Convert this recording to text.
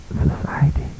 society